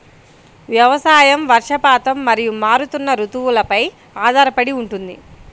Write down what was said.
వ్యవసాయం వర్షపాతం మరియు మారుతున్న రుతువులపై ఆధారపడి ఉంటుంది